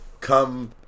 come